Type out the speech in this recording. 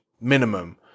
minimum